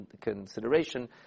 consideration